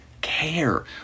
Care